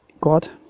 God